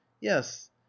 yes